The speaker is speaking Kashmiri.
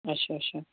اچھا اچھا